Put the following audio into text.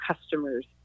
customers